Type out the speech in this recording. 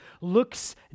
looks